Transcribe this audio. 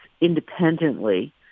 independently